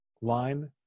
line